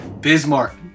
Bismarck